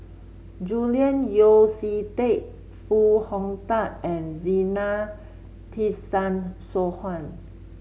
Julian Yeo See Teck Foo Hong Tatt and Zena Tessensohn